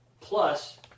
plus